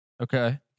Okay